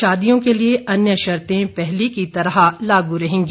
शादियों के लिए अन्य शर्ते पहले की तरह लागू रहेंगी